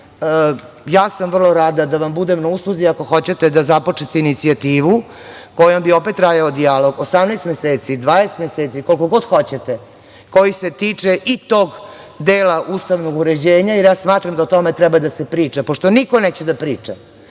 Ja sam vrlo rada da vam budem na usluzi ako hoćete da započnete inicijativu kojom bi opet trajao dijalog 18 meseci, 20 meseci, koliko god hoćete, koji se tiče i tog dela ustavnog uređenja, jer ja smatram da o tome treba da se priča, pošto niko neće da priča.